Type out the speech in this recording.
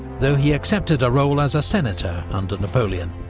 though he accepted a role as a senator under napoleon,